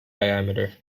diameter